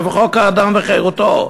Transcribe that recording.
איפה חוק האדם וחירותו?